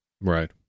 Right